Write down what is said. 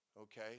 Okay